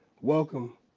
welcome